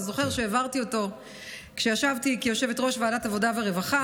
אתה זוכר שהעברתי אותו כשהייתי יושבת-ראש ועדת העבודה והרווחה.